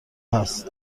هست